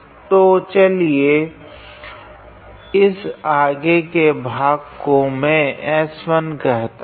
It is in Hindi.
तो चाहिए इस आगे के भाग को मैं S1 कहता हूँ